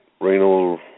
renal